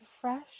fresh